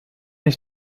ich